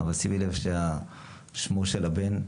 אבל שימי לב ששמו של הבן,